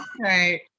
right